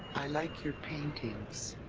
i like your paintings.